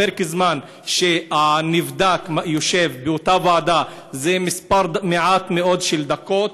פרק הזמן שהנבדק יושב בוועדה זה כמה דקות,